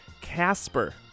Casper